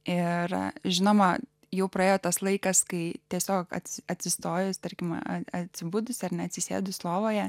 ir žinoma jau praėjo tas laikas kai tiesiog kad atsistojęs tarkime atsibudusi ar neatsisėdus lovoje